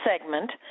segment